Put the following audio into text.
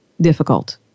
difficult